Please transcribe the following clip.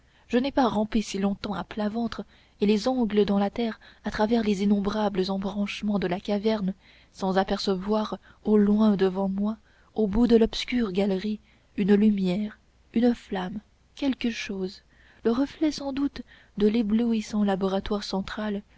je n'ai pas rampé si longtemps à plat ventre et les ongles dans la terre à travers les innombrables embranchements de la caverne sans apercevoir au loin devant moi au bout de l'obscure galerie une lumière une flamme quelque chose le reflet sans doute de l'éblouissant laboratoire central